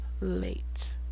late